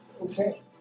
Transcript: okay